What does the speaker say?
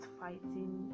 fighting